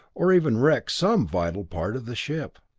or even wreck some vital part of the ship.